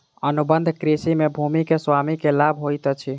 अनुबंध कृषि में भूमि के स्वामी के लाभ होइत अछि